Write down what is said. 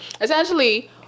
Essentially